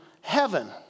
heaven